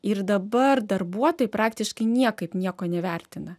ir dabar darbuotojai praktiškai niekaip nieko nevertina